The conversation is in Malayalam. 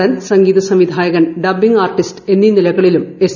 നടൻ സംഗീതസംവിധായകൻ ഡബ്ബിങ് ആർട്ടിസ്റ്റ് എന്നീ നിലകളിലും എസ്